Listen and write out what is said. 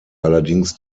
allerdings